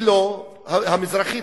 המזרחית,